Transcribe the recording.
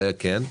כן.